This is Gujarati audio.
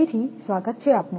ફરી સ્વાગત છે આપનું